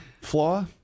flaw